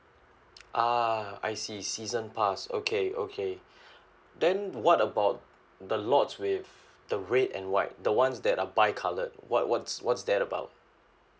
ah I see season pass okay okay then what about the lots with the red and white the ones that are bicoloured what what's what's that about